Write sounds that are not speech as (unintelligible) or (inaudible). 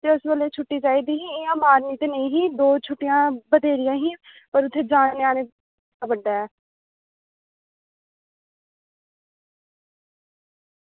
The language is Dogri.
ते इस बेल्ले छुट्टी चाहिदी ही इ'यां मारनी ते निं ही दो छुट्टियां बथ्हेरियां हियां पर उत्थें जाने आने (unintelligible) लगदा ऐ